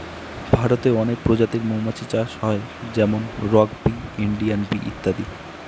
ভারতে অনেক প্রজাতির মৌমাছি চাষ হয় যেমন রক বি, ইন্ডিয়ান বি ইত্যাদি